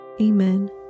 Amen